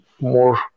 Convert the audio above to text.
more